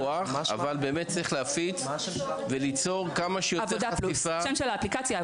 מה השם של האפליקציה?